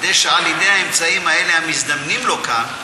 כדי שעל-ידי האמצעים האלה המזדמנים לו כאן,